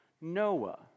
Noah